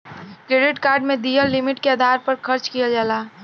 credit card में दिहल limit के आधार पर खर्च किहल जाला